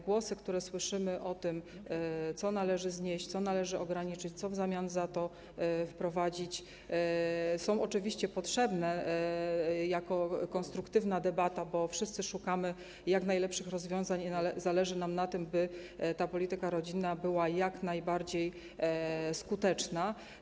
Głosy, które tutaj słyszymy, o tym, co należy znieść, co należy ograniczyć, co w zamian za to wprowadzić, są oczywiście potrzebne jako element konstruktywnej debaty, bo wszyscy szukamy jak najlepszych rozwiązań i zależy nam na tym, by polityka rodzinna była jak najbardziej skuteczna.